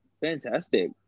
Fantastic